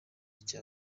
cya